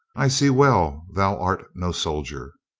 i see well thou art no soldier.